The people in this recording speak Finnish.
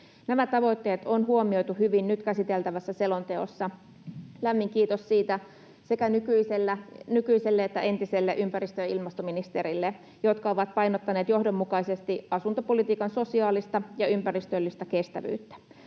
Nämä tavoitteet on huomioitu hyvin nyt käsiteltävässä selonteossa. Lämmin kiitos siitä sekä nykyiselle että entiselle ympäristö- ja ilmastoministerille, jotka ovat painottaneet johdonmukaisesti asuntopolitiikan sosiaalista ja ympäristöllistä kestävyyttä.